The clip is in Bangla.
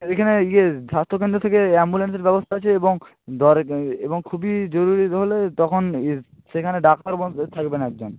এইখানে ইয়ে স্বাস্থ্যকেন্দ্র থেকে অ্যাম্বুলেন্সের ব্যবস্থা আছে এবং দরে এবং খুবই জরুরি হলে তখন ইয়ে সেখানে ডাক্তার থাকবেন একজন